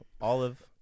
olive